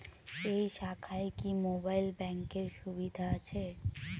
এই শাখায় কি মোবাইল ব্যাঙ্কের সুবিধা আছে?